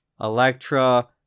Electra